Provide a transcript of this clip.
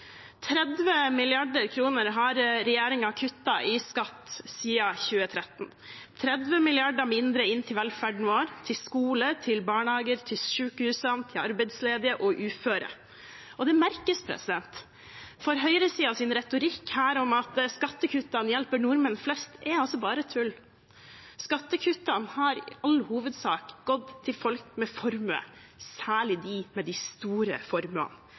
30 mrd. kr har regjeringen kuttet i skatt siden 2013 – 30 mrd. kr mindre inn til velferden vår, til skoler, til barnehager, til sykehusene, til arbeidsledige og uføre. Det merkes, for høyresidens retorikk her om at skattekuttene hjelper nordmenn flest, er bare tull. Skattekuttene har i all hovedsak gått til folk med formue, særlig dem med de store formuene.